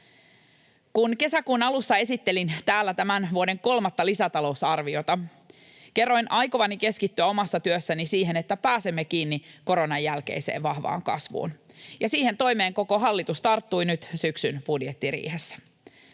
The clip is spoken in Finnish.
Kun kesäkuun alussa esittelin täällä tämän vuoden kolmatta lisätalousarviota, kerroin aikovani keskittyä omassa työssäni siihen, että pääsemme kiinni koronan jälkeiseen vahvaan kasvuun. Ja siihen toimeen koko hallitus tarttui nyt syksyn budjettiriihessä.